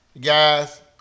Guys